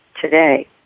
today